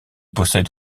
possède